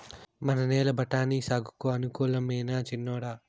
మన నేల బఠాని సాగుకు అనుకూలమైనా చిన్నోడా